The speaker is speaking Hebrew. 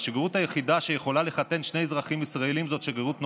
השגרירות היחידה שיכולה לחתן שני אזרחים ישראלים זאת שגרירות נורבגיה.